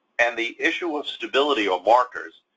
and the issue of stability or markers,